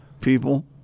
people